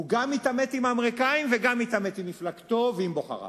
הוא גם יתעמת עם האמריקנים וגם יתעמת עם מפלגתו ועם בוחריו.